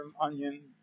onion